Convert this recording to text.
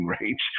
range